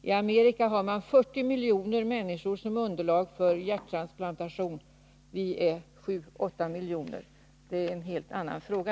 I Amerika har man 40 miljoner människor som underlag för hjärttransplantationer. Vi är 7 å 8 miljoner. Detta är en helt annan fråga.